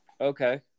Okay